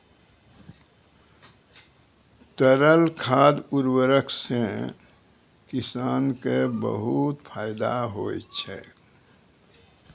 तरल खाद उर्वरक सें किसान क बहुत फैदा होय छै